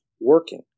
working